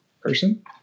person